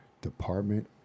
department